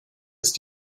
ist